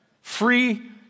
Free